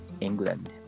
England